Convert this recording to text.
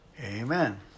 amen